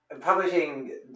publishing